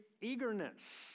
eagerness